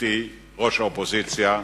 גברתי ראש האופוזיציה,